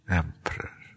emperor